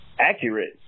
accurate